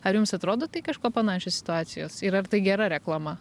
ar jums atrodo tai kažkuo panašios situacijos ir ar tai gera reklama